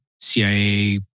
CIA